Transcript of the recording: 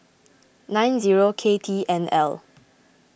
nine zero K T N L